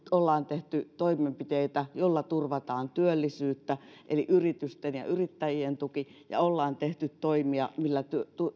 ollaan tehty toimenpiteitä joilla turvataan työllisyyttä eli yritysten ja yrittäjien tuki ja ollaan tehty toimia joilla